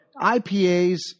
IPAs